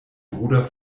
bruder